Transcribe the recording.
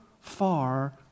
far